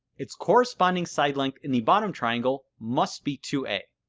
its corresponding side length in the bottom triangle must be two a.